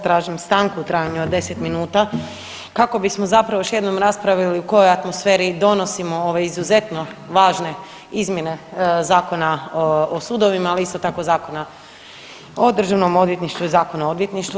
Tražim stanku u trajanju od 10 minuta kako bismo zapravo još jednom raspravili u kojoj atmosferi donosimo ove izuzetno važne izmjene Zakona o sudovima, ali isto tako o Državnom odvjetništvu i Zakona o odvjetništvu.